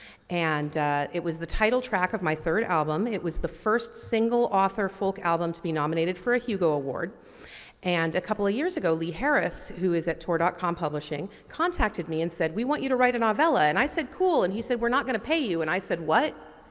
and it was the title track of my third album. it was the first single author folk album to be nominated for a hugo award and a couple of years ago lee harris who is at tor dot com publishing contacted me and said we want you to write an novella and i said cool and he said we're not going to pay you and i said what.